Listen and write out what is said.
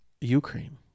Ukraine